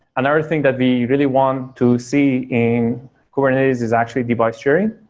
another thing that we really want to see in kubernetes is actually device sharing,